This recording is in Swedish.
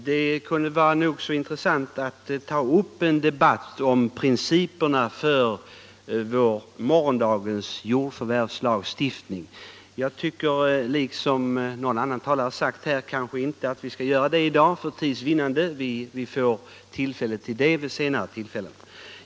Herr talman! Det kunde vara nog så intressant att ta upp en debatt om principerna för morgondagens jordförvärvslagstiftning, men jag tycker — i likhet med någon talare tidigare — att vi inte skall göra det i dag, för tids vinnande. Vi får tillfälle till det senare.